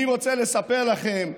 אני רוצה לספר לכם,